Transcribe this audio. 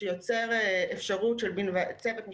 שיוצר אפשרות של צוות משותף,